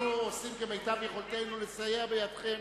אנחנו עושים כמיטב יכולתנו לסייע בידכם